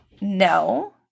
No